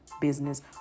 business